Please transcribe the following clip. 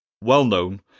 well-known